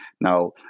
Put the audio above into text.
Now